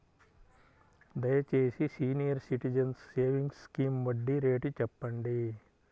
దయచేసి senior citizens savings scheme వడ్డీ rate చెప్పండి